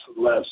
less